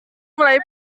mulai